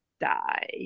die